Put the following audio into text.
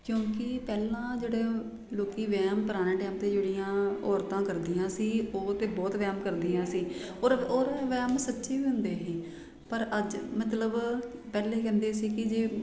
ਕਿਉਂਕਿ ਪਹਿਲਾਂ ਜਿਹੜੇ ਲੋਕ ਵਹਿਮ ਪੁਰਾਣੇ ਟਾਈਮ 'ਤੇ ਜਿਹੜੀਆਂ ਔਰਤਾਂ ਕਰਦੀਆਂ ਸੀ ਉਹ ਤਾਂ ਬਹੁਤ ਵਹਿਮ ਕਰਦੀਆਂ ਸੀ ਔਰ ਔਰ ਵਹਿਮ ਸੱਚੀ ਵੀ ਹੁੰਦੇ ਸੀ ਪਰ ਅੱਜ ਮਤਲਬ ਪਹਿਲਾਂ ਕਹਿੰਦੇ ਸੀ ਕਿ ਜੀ